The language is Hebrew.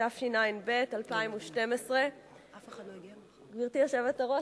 התשע"ב 2012. גברתי היושבת-ראש,